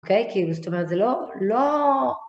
אוקיי? כאילו, זאת אומרת, זה לא... לא...